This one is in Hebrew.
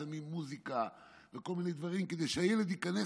שמים מוזיקה וכל מיני דברים כדי שהילד ייכנס